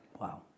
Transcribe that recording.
Wow